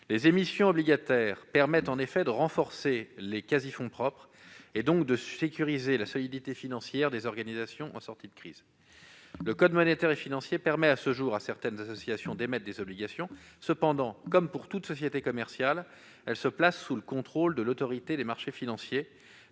Les émissions obligataires permettent de renforcer les quasi-fonds propres et donc de sécuriser la solidité financière des organisations en sortie de crise. Le code monétaire et financier permet à ce jour à certaines associations d'émettre des obligations. Cependant, comme pour toute société commerciale, elles se placent sous le contrôle de l'Autorité des marchés financiers